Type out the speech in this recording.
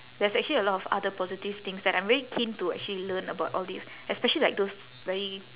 there's actually a lot of other positive things that I'm very keen to actually learn about all these especially like those very